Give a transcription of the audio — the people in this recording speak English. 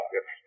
Yes